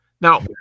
now